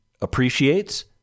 appreciates